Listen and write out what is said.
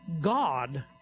God